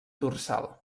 dorsal